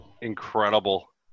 incredible